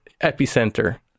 epicenter